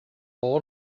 all